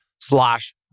slash